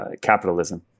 capitalism